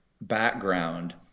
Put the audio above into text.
background